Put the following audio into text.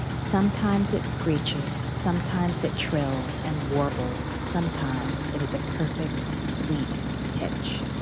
sometimes it screeches, sometimes it trills and warbles. sometimes, it is a perfect, sweet pitch.